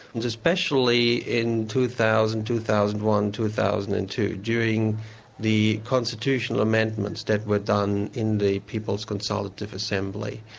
and especially in two thousand, two thousand and one, two thousand and two, during the constitutional amendments that were done in the people's consultative assembly,